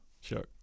Sure